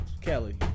Kelly